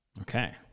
Okay